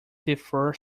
differ